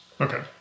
Okay